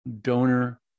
donor